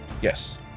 Yes